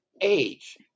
age